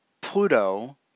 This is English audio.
Pluto